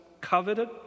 coveted